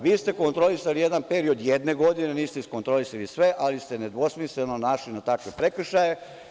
Vi ste kontrolisali jedan period jedne godine, niste iskontrolisali sve, ali ste nedvosmisleno naišli na takve prekršaje.